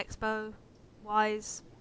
Expo-wise